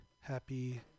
happy